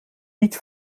niet